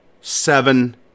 seven